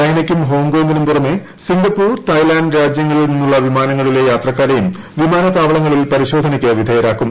ചൈനയ്ക്കും ഹോങ്കോംഗിനും പുറമേ Singapore Thailand രാജ്യങ്ങളിൽ നിന്നുള്ള വിമാനങ്ങളിലെ യാത്രക്കാരെയും വിമാനത്താവളങ്ങളിൽ പരിശോധനയ്ക്ക് വിധേയരാക്കും